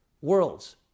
worlds